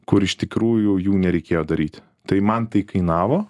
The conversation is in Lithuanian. kur iš tikrųjų jų nereikėjo daryti tai man tai kainavo